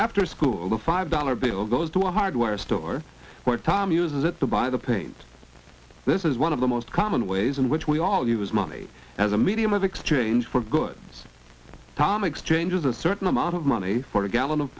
after school a five dollar bill goes to a hardware store where tom uses it the buy the paint this is one of the most common ways in which we all use money as a medium of exchange for goods tom exchanges a certain amount of money for a gallon of